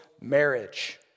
marriage